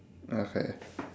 okay